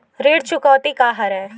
ऋण चुकौती का हरय?